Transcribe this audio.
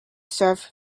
serves